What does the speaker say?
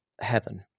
heaven